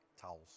Towels